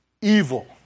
evil